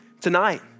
tonight